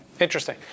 Interesting